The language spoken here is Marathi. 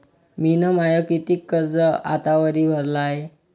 मिन माय कितीक कर्ज आतावरी भरलं हाय?